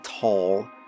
tall